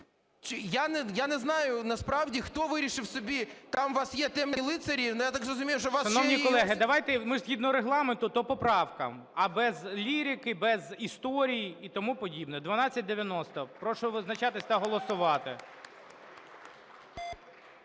Я не знаю насправді, хто вирішив собі… Там у вас є "темні лицарі"? Ну, я так розумію, що у вас ще і… ГОЛОВУЮЧИЙ. Шановні колеги, давайте, ми згідно ж Регламенту, по поправках. А без лірики, без історій і тому подібне. 1290, прошу визначатися та голосувати.